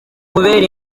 kubera